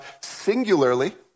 singularly